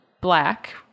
black